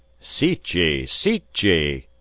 seat ye! seat ye!